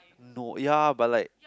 no ya but like